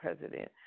president